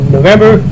November